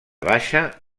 baixa